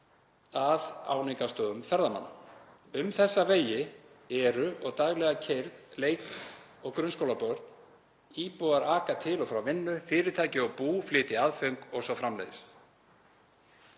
að áningarstöðum ferðamanna. Um þessa vegi eru og daglega keyrð leik- og grunnskólabörn, íbúar aka til og frá vinnu, fyrirtæki og bú flytja aðföng o.s.frv.